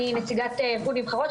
אני נציגת ארגון נבחרות,